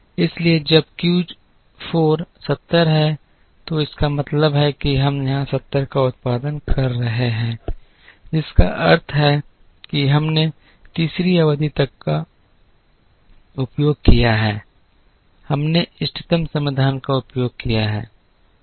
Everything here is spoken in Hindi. इसलिए जब Q 4 70 है तो इसका मतलब है कि हम यहां 70 का उत्पादन कर रहे हैं जिसका अर्थ है कि हमने तीसरी अवधि तक उपयोग किया है हमने इष्टतम समाधान का उपयोग किया है